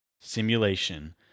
simulation